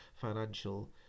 financial